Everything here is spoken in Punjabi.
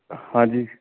ਹਾਂਜੀ